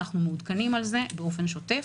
אנחנו מעודכנים על זה באופן שוטף.